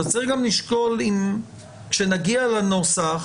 כאשר נגיע לנוסח